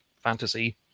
fantasy